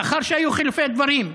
לאחר שהיו חילופי דברים,